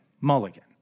Mulligan